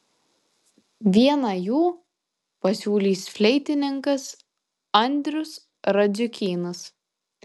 vieną jų pasiūlys fleitininkas andrius radziukynas